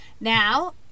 Now